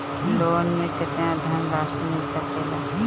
Loan मे केतना धनराशी मिल सकेला?